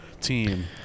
team